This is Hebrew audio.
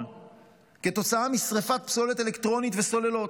כתוצאה משרפת פסולת אלקטרונית וסוללות.